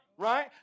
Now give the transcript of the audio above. Right